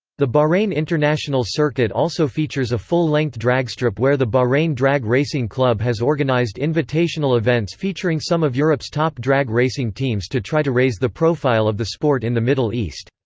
the bahrain international circuit also features a full-length dragstrip where the bahrain drag racing club has organised invitational events featuring some of europe's top drag racing teams to try to raise the profile of the sport in the middle east.